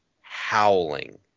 howling